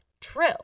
true